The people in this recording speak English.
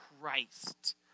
Christ